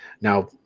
now